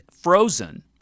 frozen